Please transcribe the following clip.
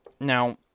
Now